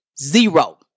Zero